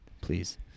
Please